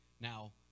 Now